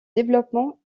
développement